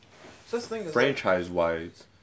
franchise-wise